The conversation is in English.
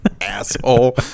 Asshole